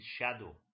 shadow